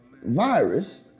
virus